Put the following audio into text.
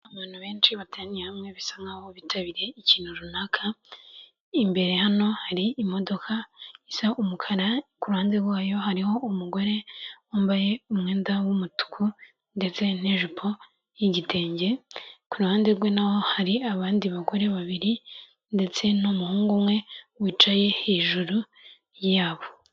Abantu benshi bateraniye hamwe bisa nkaho bitabiriye ikintu runaka, imbere hano hari imodoka isa umukara ku ruhande rwayo hariho umugore wambaye umwenda w'umutuku ndetse n'ijipo y'igitenge, ku ruhande rwe naho hari abandi bagore babiri ndetse n'umuhungu umwe wicaye hejuru yabo.